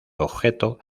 objeto